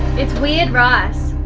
it's weird rice.